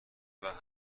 وهمه